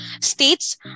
states